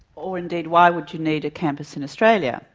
or indeed why would you need a campus in australia?